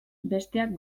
besteak